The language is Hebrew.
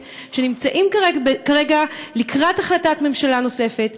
שנמצאים כרגע לקראת החלטת ממשלה נוספת.